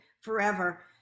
forever